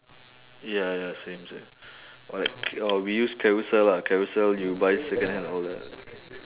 ya ya same same or like or we use carousell lah carousell you buy second hand all that ah